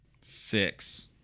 Six